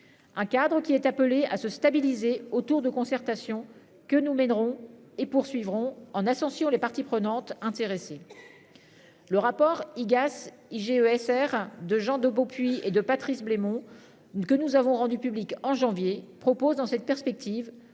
Un cadre qui est appelée à se stabiliser autour de concertation que nous mènerons et poursuivront en associant les parties prenantes intéressées. Le rapport IGAS IG ESR de Jean Debeaupuis et de Patrice Blaimont une que nous avons rendu public en janvier propose dans cette perspective